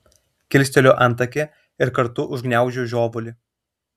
kilsteliu antakį ir kartu užgniaužiu žiovulį